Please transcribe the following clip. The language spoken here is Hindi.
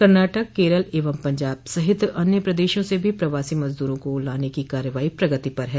कर्नाटक केरल एवं पंजाब सहित अन्य प्रदेशों से भी प्रवासी मजदूरों को लाने की कार्यवाही प्रगति पर है